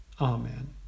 Amen